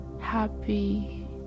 happy